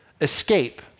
escape